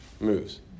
moves